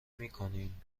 میکنیم